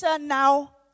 now